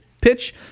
pitch